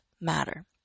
matter